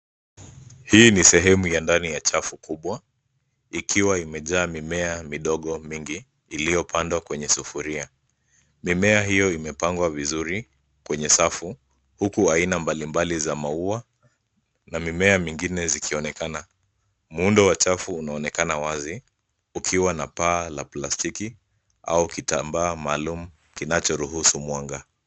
Hii ni sehemu ya ndani ya chafu kubwa, ikiwa imejaa mimea midogo mingi iliyopandwa kwenye sufuria. Mimea hiyo imepangwa vizuri kwenye safu, huku aina mbalimbali za maua na mimea mingine zikionekana. Muundo wa chafu unaonekana wazi, ukiwa na paa la plastiki au kitambaa maalum kinachoruhusu mwanga.